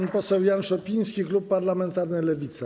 Pan poseł Jan Szopiński, klub parlamentarny Lewica.